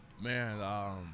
Man